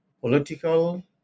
political